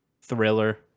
thriller